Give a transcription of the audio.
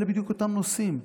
אלה בדיוק אותם נושאים.